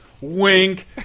wink